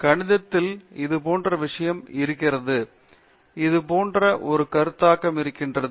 கணிதத்தில் இது போன்ற ஒரு விஷயம் இருக்கிறது இதுபோன்ற ஒரு கருத்தாக்கம் இருக்கிறது